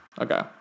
okay